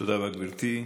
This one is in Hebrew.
תודה רבה, גברתי.